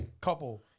couple